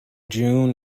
june